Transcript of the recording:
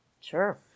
Sure